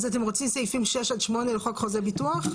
אז אתם רוצים סעיפים 6 עד 8 לחוק חוזה ביטוח?